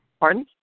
Pardon